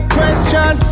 Question